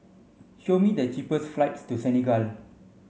show me the cheapest flights to Senegal